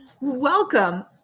Welcome